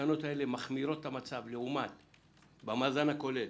שהתקנות האלה מחמירות את המצב, במאזן הכולל,